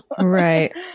right